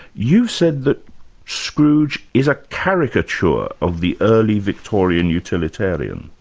you said that scrooge is a caricature of the early victorian utilitarian?